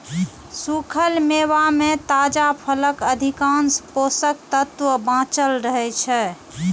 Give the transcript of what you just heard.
सूखल मेवा मे ताजा फलक अधिकांश पोषक तत्व बांचल रहै छै